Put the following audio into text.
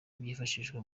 byifashishwa